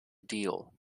deal